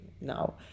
now